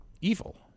evil